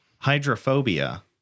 hydrophobia